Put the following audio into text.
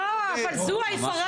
אבל זאת הפרת